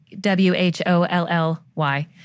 W-H-O-L-L-Y